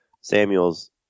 Samuels